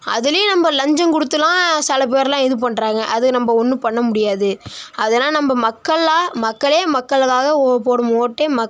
அதுலேயும் நம்ம லஞ்சம் கொடுத்துலாம் சிலப் பேரெலாம் இது பண்ணுறாங்க அது நம்ம ஒன்றும் பண்ண முடியாது அதெலாம் நம்ம மக்களெலாம் மக்களே மக்களுக்காக ஓ போடும் ஓட்டே மக்கள்